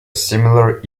similar